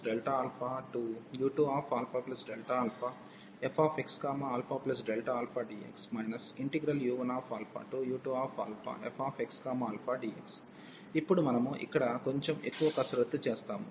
α u1αu2αfxαdx u1u2fxαdx ఇప్పుడు మనము ఇక్కడ కొంచెం ఎక్కువ కసరత్తు చేస్తాము